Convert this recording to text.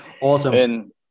Awesome